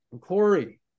Corey